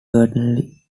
certainly